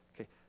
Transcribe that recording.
Okay